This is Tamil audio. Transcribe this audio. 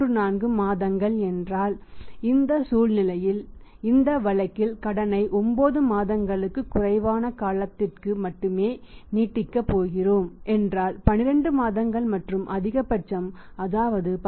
34 மாதங்கள் என்றால் இந்த சூழ்நிலையில் இந்த வழக்கில் கடனை 9 மாதங்களுக்கும் குறைவான காலத்திற்கு மட்டுமே நீட்டிக்கப் போகிறோம் என்றால் 12 மாதங்கள் மற்றும் அதிகபட்சம் அதாவது 10